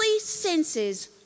senses